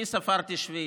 אני ספרתי שביעית.